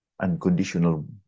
unconditional